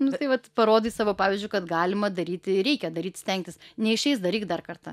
nu tai vat parodai savo pavyzdžiu kad galima daryti ir reikia daryt stengtis neišeis daryk dar kartą